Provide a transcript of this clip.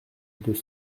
deux